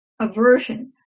aversion